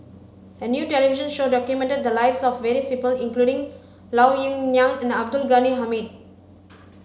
a new television show documented the lives of various people including Lao Ying Nan and Abdul Ghani Hamid